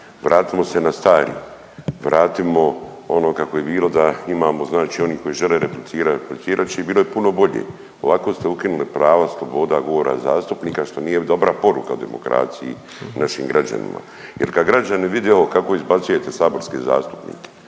vratimo se na stari, vratimo ono kako je bilo, da imamo znači onih koji žele replicirati, replicirat će i bilo je puno bolje. Ovako ste ukinuli prava sloboda govora zastupnika što nije dobra poruka o demokraciji našim građanima jer kad građani vide ovo, kako izbacujete saborske zastupnike,